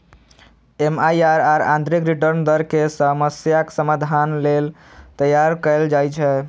MIRR आंतरिक return दर के समस्याक समाधान लेल तैयार कैल जाइ छै